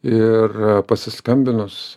ir pasiskambinus